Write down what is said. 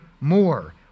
more